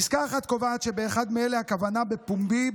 פסקה 1 קובעת שבאחד מאלה הכוונה בפומבי,